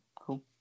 cool